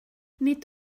nid